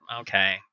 okay